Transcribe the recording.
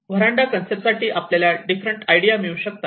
व्हरांडा concept साठी आपल्याला different idea मिळू शकतात